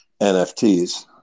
NFTs